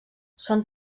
són